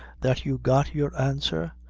that you got your answer?